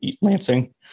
lansing